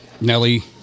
Nelly